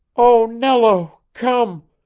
oh, nello, come!